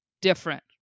different